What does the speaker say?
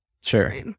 Sure